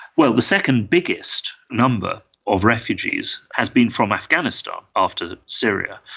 well, the second biggest number of refugees has been from afghanistan, after syria.